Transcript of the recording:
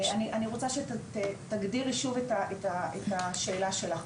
אני רוצה שתגדירי שוב את השאלה שלך,